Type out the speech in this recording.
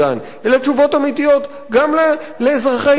אלא תשובות אמיתיות גם לאזרחי ישראל,